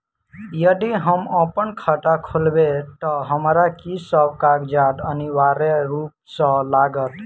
यदि हम अप्पन खाता खोलेबै तऽ हमरा की सब कागजात अनिवार्य रूप सँ लागत?